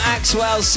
Axwell